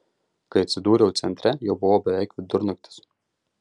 kai atsidūriau centre jau buvo beveik vidurnaktis